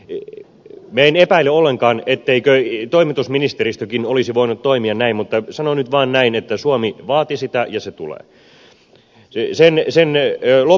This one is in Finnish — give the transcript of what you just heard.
minä en epäile ollenkaan etteikö toimitusministeristökin olisi voinut toimia näin mutta sanon nyt vaan näin että suomi vaati sitä ja se tulee